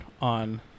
on